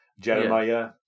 Jeremiah